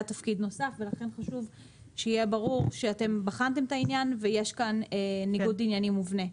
לכן חשוב שיהיה ברור שאתם בחנתם את העניין ויש כאן ניגוד עניינים מובנה.